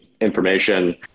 information